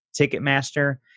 Ticketmaster